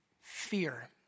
fear